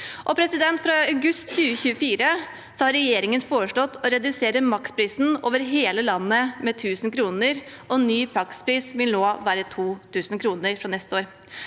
ytterligere. Fra august 2024 har regjeringen foreslått å redusere maksprisen over hele landet med 1 000 kr, og ny makspris vil være 2 000 kr fra neste år.